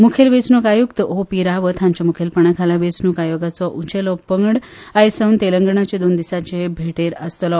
मुखेल वेंचणूक आयुक्त ओपी रावत हांच्या मुखेलपणा खाला वेंचणूक आयोगाचो उंचेलो पंगड आयज सावन तेलंगणाचे दोन दिसाचे भेटेर आसतलो